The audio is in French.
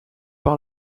par